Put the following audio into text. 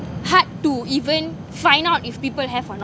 hard to even find out if people have or no